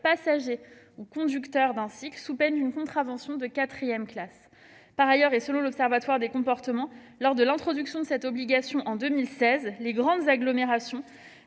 passagers ou conducteurs d'un cycle, sous peine d'une contravention de quatrième classe. Par ailleurs, selon l'observatoire des comportements de la sécurité routière, lors de l'introduction de cette obligation, en 2016, dans les grandes agglomérations,